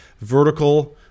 vertical